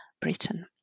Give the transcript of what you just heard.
Britain